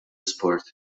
isport